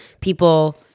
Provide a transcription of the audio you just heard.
people